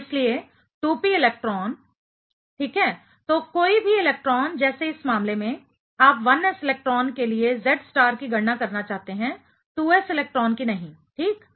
तो इसलिए 2p electron ठीक है तो कोई भी इलेक्ट्रॉन जैसे इस मामले में आप 1s इलेक्ट्रॉन के लिए Z स्टार की गणना करना चाहते हैं 2s इलेक्ट्रॉन की नहीं ठीक